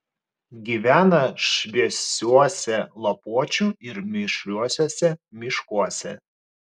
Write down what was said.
gyvena šviesiuose lapuočių ir mišriuosiuose miškuose